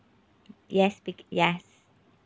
yes spe~ yes